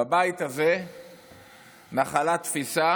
בבית הזה התנחלה התפיסה